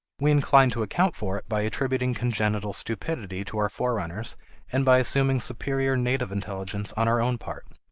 we incline to account for it by attributing congenital stupidity to our forerunners and by assuming superior native intelligence on our own part.